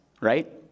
right